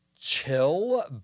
chill